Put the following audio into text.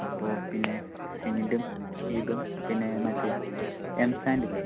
അപ്പോൾ പിന്നെ സിമൻറ്റും ഇതും പിന്നെ മറ്റേ എം സാൻഡ് ഇല്ലേ